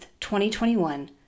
2021